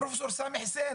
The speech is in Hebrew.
פרופסור סמי חוסיין.